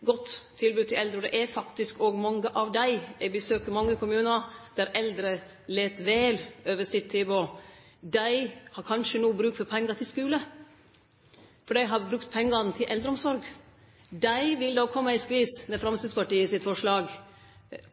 godt tilbod til eldre – og det er faktisk òg mange av dei, eg besøkjer mange kommunar der eldre læt vel over tilbodet dei har – har kanskje no bruk for pengar til skule fordi dei har brukt pengane til eldreomsorg. Dei vil då kome i skvis med Framstegspartiet sitt forslag.